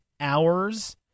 hours